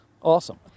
awesome